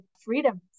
Freedom